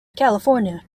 california